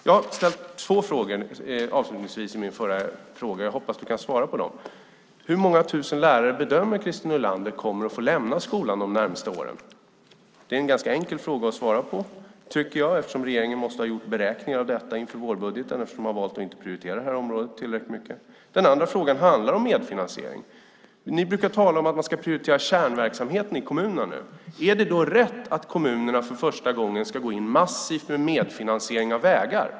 Jag har ställt två frågor och hoppas att du kan svara på dem. Hur många tusen lärare bedömer Christer Nylander kommer att få lämna skolan de närmaste åren? Det är en ganska enkel fråga att svara på, tycker jag, eftersom regeringen måste ha gjort beräkningar av detta inför vårbudgeten och valt att inte prioritera det här området tillräckligt mycket. Den andra frågan handlar om medfinansiering. Ni brukar tala om att man ska prioritera kärnverksamheten i kommunerna. Är det då rätt att kommunerna för första gången ska gå in massivt med medfinansiering av vägar?